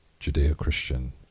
Judeo-Christian